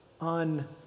on